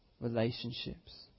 relationships